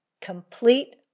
Complete